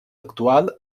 actual